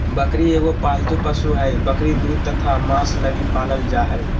बकरी एगो पालतू पशु हइ, बकरी दूध तथा मांस लगी पालल जा हइ